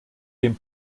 dem